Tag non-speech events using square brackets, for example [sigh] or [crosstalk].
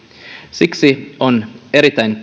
siksi on erittäin [unintelligible]